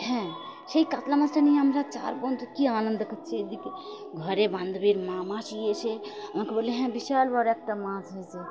হ্যাঁ সেই কাতলা মাছটা নিয়ে আমরা চার বন্ধু কী আনন্দ করছি এ দিকে ঘরে বান্ধবীর মা মাসি এসে আমাকে বলল হ্যাঁ বিশাল বড় একটা মাছ হয়েছে